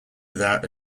without